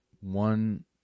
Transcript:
one